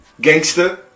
Gangster